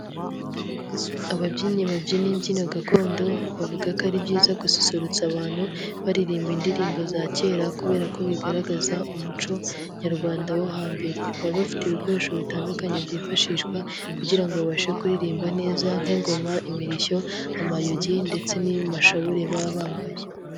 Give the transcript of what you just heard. Ababyinnyi babyina imbyino gakondo, bavuga ko ari byiza gususurutsa abantu, baririmba indirimbo za kera kubera ko bigaragaza umuco, nyarwanda wo hambere. Baba bafite ibikoresho bitandukanye byifashishwa, kugira babashe kuririmba neza nk'ingoma imirishyo, amayogi ndetse n'amashabure baba bambaye.